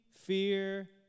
fear